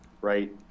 Right